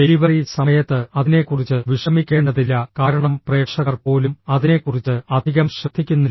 delivery സമയത്ത് അതിനെക്കുറിച്ച് വിഷമിക്കേണ്ടതില്ല കാരണം പ്രേക്ഷകർ പോലും അതിനെക്കുറിച്ച് അധികം ശ്രദ്ധിക്കുന്നില്ല